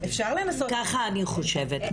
ככה אני חושבת.